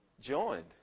joined